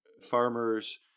farmers